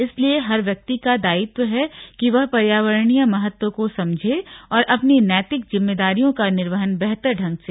इसलिए हर व्यक्ति का दायित्व है कि वह पर्यावरिणीय महत्व को समझे और अपनी नैतिक जिम्मेदारियों का निर्वहन बेहतर ढंग से करे